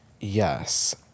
Yes